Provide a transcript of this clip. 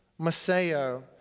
Maseo